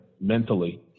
mentally